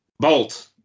Bolt